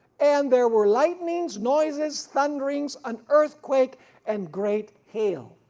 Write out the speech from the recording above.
and there were lightnings, noises, thunderings, an earthquake and great hail.